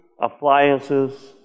appliances